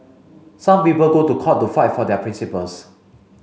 some people go to court to fight for their principles